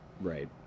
Right